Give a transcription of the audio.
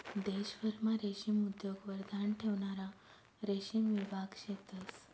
देशभरमा रेशीम उद्योगवर ध्यान ठेवणारा रेशीम विभाग शेतंस